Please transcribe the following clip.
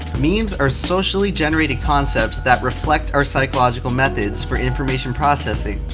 memes are socially generated concepts, that reflect our psychological methods for information processing.